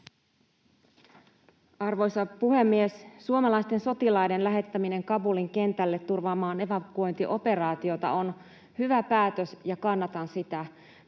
Arvoisa puhemies! Suomalaisten sotilaiden lähettäminen Kabulin kentälle turvaamaan evakuointioperaatiota on hyvä päätös, ja kannatan sitä.